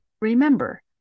remember